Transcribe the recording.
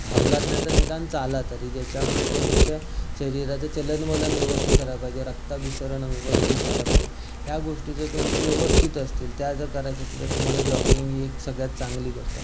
धावलात नाही तर निदान चाला तरी ज्याच्यामुळे तुमचं ते शरीराचं चलनवलन व्यवस्थित झालं पाहिजे रक्ताभिसरण व्यवस्थित झालं पाहिजे ह्या गोष्टी जर तुमच्या व्यवस्थित असतील त्या जर करायच्या असतील तर तुम्हाला जॉगिंग ही एक सगळ्यात चांगली गोष्ट आहे